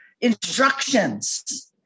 instructions